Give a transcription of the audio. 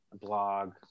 blog